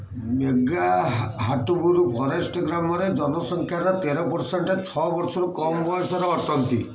Meghahatuburu forest ଗ୍ରାମରେ ଜନସଂଖ୍ୟାର ତେର ପର୍ସେଣ୍ଟ୍ ଛଅ ବର୍ଷରୁ କମ୍ ବୟସର ଅଟନ୍ତି